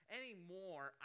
anymore